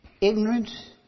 Ignorance